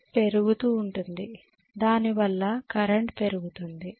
slip పెరుగుతూ ఉంటుంది దాని వల్ల కరెంట్ పెరుగుతుంది